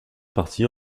partie